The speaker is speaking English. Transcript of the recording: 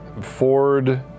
Ford